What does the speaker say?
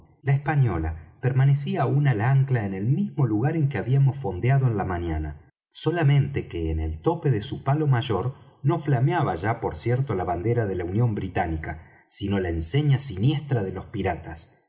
la española permanecía aun al ancla en el mismo lugar en que habíamos fondeado en la mañana solamente que en el tope de su palo mayor no flameaba ya por cierto la bandera de la unión británica sino la enseña siniestra de los piratas